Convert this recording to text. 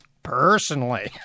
Personally